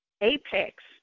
apex